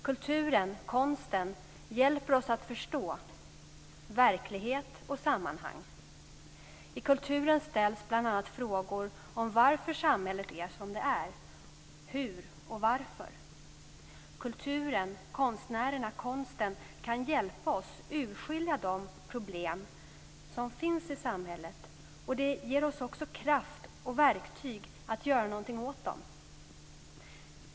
Kulturen, konsten, hjälper oss att förstå verklighet och sammanhang. I kulturen ställs bl.a. frågor om varför samhället är som det är, hur och varför. Kulturen, konstnärerna, konsten kan hjälpa oss urskilja de problem som finns i samhället. Det ger oss också kraft och verktyg att göra något åt dem.